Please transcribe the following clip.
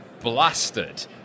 blasted